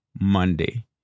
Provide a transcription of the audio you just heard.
Monday